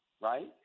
right